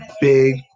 Big